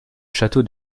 château